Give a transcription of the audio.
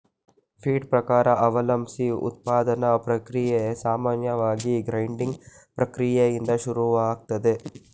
feed ಪ್ರಕಾರ ಅವಲಂಬ್ಸಿ ಉತ್ಪಾದನಾ ಪ್ರಕ್ರಿಯೆ ಸಾಮಾನ್ಯವಾಗಿ ಗ್ರೈಂಡಿಂಗ್ ಪ್ರಕ್ರಿಯೆಯಿಂದ ಶುರುವಾಗ್ತದೆ